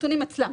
הנתונים אצלם.